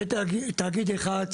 הייתי בשני תאגידים: בתאגיד הראשון